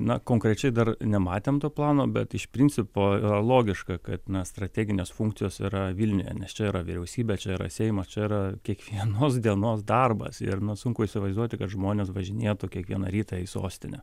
na konkrečiai dar nematėm to plano bet iš principo yra logiška kad strateginės funkcijos yra vilniuje nes čia yra vyriausybė čia yra seimas čia yra kiekvienos dienos darbas ir nu sunku įsivaizduoti kad žmonės važinėtų kiekvieną rytą į sostinę